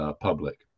public